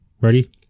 Ready